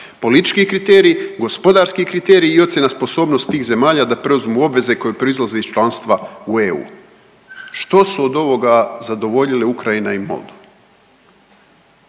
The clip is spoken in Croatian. Politički kriterij, gospodarski kriterij i ocjena sposobnosti tih zemalja da preuzmu obveze koje proizlaze iz članstva u EU. Što su od ovoga zadovoljile Ukrajina i Moldova?